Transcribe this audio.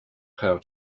how